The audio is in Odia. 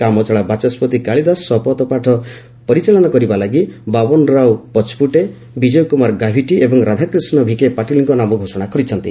କାମଚଳା ବାଚସ୍କତି କାଳିଦାସ ଶପଥ ପାଠ ପରସିଚାଳନା କରିବା ଲାଗି ବାବନ୍ ରାଓ ପଚପୁଟେ ବିଜୟ କୁମାର ଗାଭିତ୍ ଏବଂ ରାଧାାକ୍ରିଷ୍ଟ ଭିକେ ପାଟିଲ୍ଙ୍କ ନାମ ଘୋଷଣା କରିଛନ୍ତି